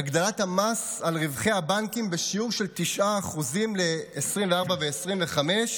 את הגדלת המס על רווחי הבנקים בשיעור של 9% ל-2024 ו-2025,